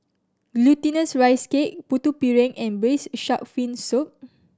Glutinous Rice Cake Putu Piring and Braised Shark Fin Soup